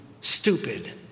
stupid